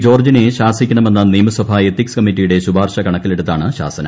ജോർജിനെ ശാസിക്കണമെന്ന നിയമസഭാ എത്തിക്സ് കമ്മിറ്റിയുടെ ശുപാർശ കണക്കിലെടുത്താണ് ശാസന